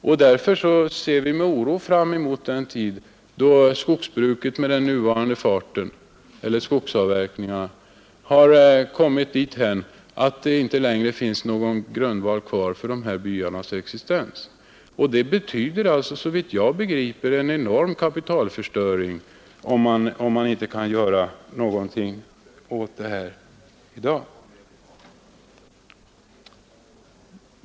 Vi ser med oro fram emot den dag då skogsavverkningarna med nuvarande fart har kommit dithän att det inte längre finns någon grundval för byarnas existens. Det betyder, såvitt jag begriper, en enorm kapitalförstöring om man inte i tid kan göra någonting åt det här.